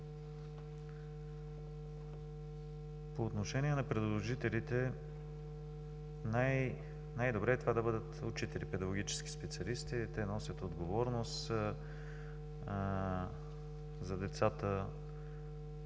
По отношение на придружителите най-добре е това да бъдат учителите, педагогическите специалисти, защото носят отговорност за децата,